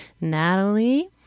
Natalie